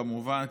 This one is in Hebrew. כמובן,